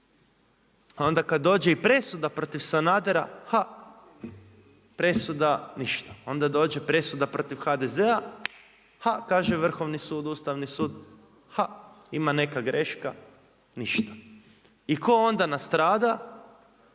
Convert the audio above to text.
Onda kada dođe i presuda protiv Sanadera, ha presuda ništa. Onda dođe presuda protiv HDZ-a, ha kaže Vrhovni sud, Ustavni sud, ha ima neka greška ništa. I tko onda nastrada,